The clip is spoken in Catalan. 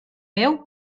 veu